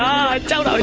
i don't